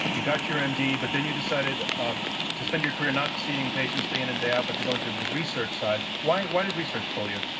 you got your um md. but then you decided ah to spend your career not seeing patients day in and day out, but to go into the research side. why why did research pull you?